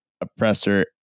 oppressor